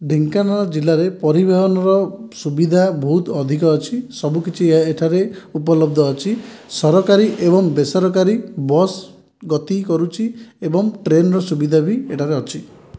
ଢେଙ୍କାନାଳ ଜିଲ୍ଲାରେ ପରିବହନର ସୁବିଧା ବହୁତ ଅଧିକ ଅଛି ସବୁକିଛି ଏଠାରେ ଉପଲବ୍ଧ ଅଛି ସରକାରୀ ଏବଂ ବେସରକାରୀ ବସ୍ ଗତି କରୁଛି ଏବଂ ଟ୍ରେନର ସୁବିଧା ବି ଏଠାରେ ଅଛି